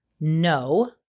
No